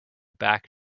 back